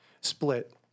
split